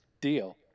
deal